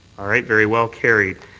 all right. very well. carried.